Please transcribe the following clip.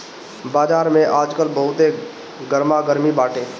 बाजार में आजकल बहुते गरमा गरमी बाटे